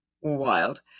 wild